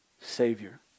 savior